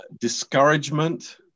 Discouragement